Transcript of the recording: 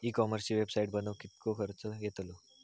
E कॉमर्सची website बनवक किततो खर्च येतलो?